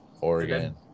Oregon